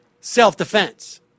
self-defense